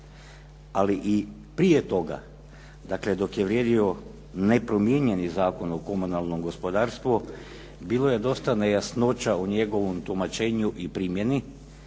Ali i prije toga, dakle dok je vrijedio nepromijenjeni Zakon o komunalnom gospodarstvu bilo je dosta nejasnoća u njegovom tumačenju i primjeni,